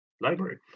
library